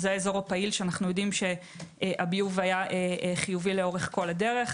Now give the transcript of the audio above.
האזור הפעיל שאנו יודעים שהביוב היה חיובי לאורך כל הדרך,